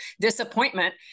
disappointment